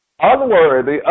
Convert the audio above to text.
unworthy